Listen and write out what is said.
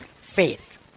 Faith